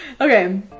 Okay